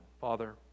Father